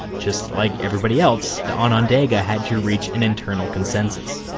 just like everybody else, the onondaga had to reach an internal consensus.